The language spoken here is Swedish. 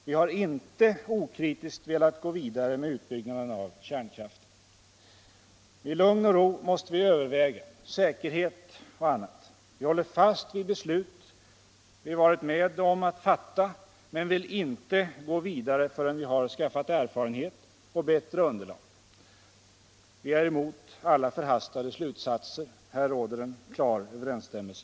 Vi har inte okritiskt velat gå vidare med utbyggnaden av kärnkraften. I lugn och ro måste vi överväga säkerhet och annat. Vi håller fast vid det beslut som vi har varit med om att fatta men vill inte gå vidare förrän vi har skaffat erfarenhet och bättre underlag. Vi är emot alla förhastade slutsatser.